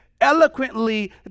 eloquently